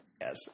Yes